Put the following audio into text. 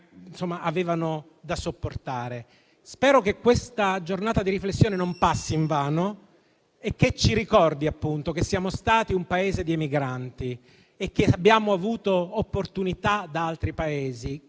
italiani avevano da sopportare. Spero che questa giornata di riflessione non passi invano e ci ricordi che siamo stati un Paese di emigranti e abbiamo avuto opportunità da altri Paesi.